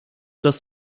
das